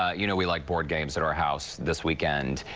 you know we like board games at our house this weekend.